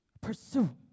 pursue